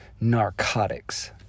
narcotics